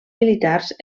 militars